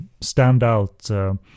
standout